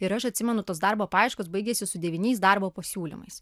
ir aš atsimenu tos darbo paieškos baigėsi su devyniais darbo pasiūlymais